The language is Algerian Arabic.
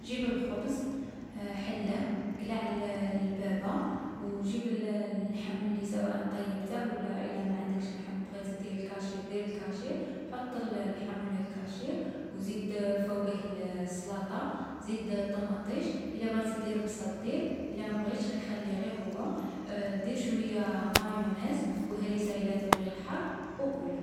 حط الكسوة لي راك باغي تطويها، مثلا قمجة. حطها على الصدر، اقلبها يعني. اطوي الجنب لَيمن و اطوي فوقه الكم. اطوي الجنب لًيسر و اطوي فوقه الكم. و مبعد اطوي نص القمجة من تحت و زيد عاود اطويها.